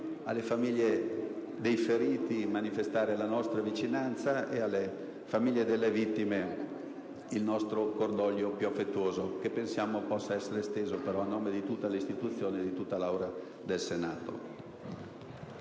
alle famiglie dei feriti la nostra vicinanza e alle famiglie delle vittime il cordoglio più affettuoso, che pensiamo possa essere pronunciato a nome di tutta l'Istituzione e di tutta l'Assemblea del Senato.